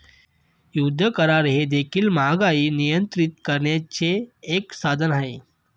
युद्ध करार हे देखील महागाई नियंत्रित करण्याचे एक साधन आहे